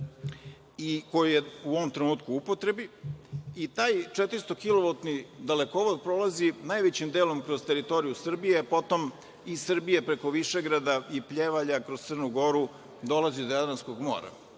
koji je u ovom trenutku u upotrebi. Taj 400-kilovoltni dalekovod prolazi najvećim delom kroz teritoriju Srbije, a potom iz Srbije preko Višegrada i Pljevalja, kroz Crnu Goru dolazi do Jadranskog mora. Prema